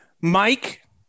Mike